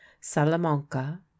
salamanca